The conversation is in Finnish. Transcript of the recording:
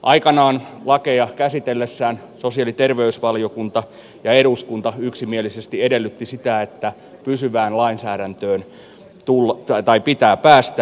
aikanaan lakeja käsitellessään sosiaali ja terveysvaliokunta ja eduskunta yksimielisesti edellyttivät sitä että pysyvään lainsäädäntöön pitää päästä